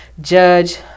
Judge